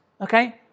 Okay